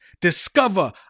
discover